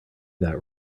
that